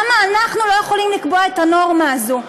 למה אנחנו לא יכולים לקבוע את הנורמה הזאת?